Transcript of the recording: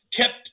kept